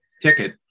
ticket